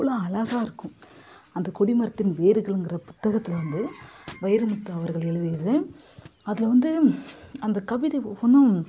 அவ்வளோ அழகாயிருக்கும் அந்த கொடி மரத்தின் வேர்கள்ங்கிற புத்தகத்தில் வந்து வைரமுத்து அவர்கள் எழுதியது அதில் வந்து அந்த கவிதை ஒவ்வொன்றும்